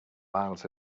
miles